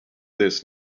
this